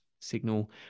signal